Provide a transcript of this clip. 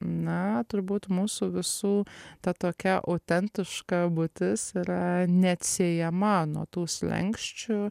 na turbūt mūsų visų ta tokia autentiška būtis yra neatsiejama nuo tų slenksčių